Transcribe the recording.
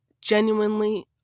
genuinely